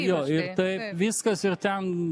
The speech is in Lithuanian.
jo taip viskas ir ten